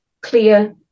clear